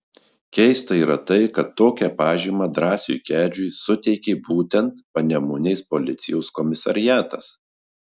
keista yra tai kad tokią pažymą drąsiui kedžiui suteikė būtent panemunės policijos komisariatas